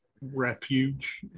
refuge